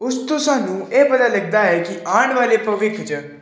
ਉਸ ਤੋਂ ਸਾਨੂੰ ਇਹ ਪਤਾ ਲੱਗਦਾ ਹੈ ਕਿ ਆਉਣ ਵਾਲੇ ਭਵਿੱਖ 'ਚ